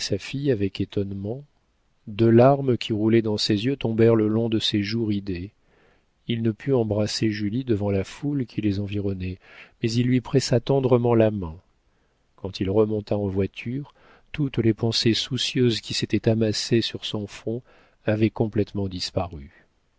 fille avec étonnement deux larmes qui roulaient dans ses yeux tombèrent le long de ses joues ridées il ne put embrasser julie devant la foule qui les environnait mais il lui pressa tendrement la main quand il remonta en voiture toutes les pensées soucieuses qui s'étaient amassées sur son front avaient complétement disparu